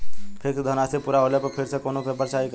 Fix धनराशी पूरा होले पर फिर से कौनो पेपर चाही का?